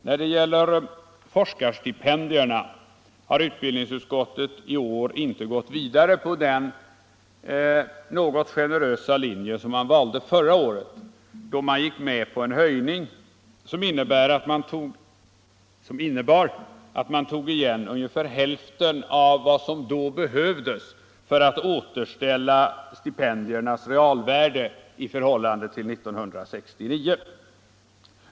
När det gäller forskarstipendierna har utbildningsutskottet i år inte gått vidare på den något generösa linje utskottet valde förra året, då man gick med på en höjning som innebar att man tog igen ungefär hälften av vad som då behövdes för att återställa forskarstipendiernas realvärde i förhållande till 1969.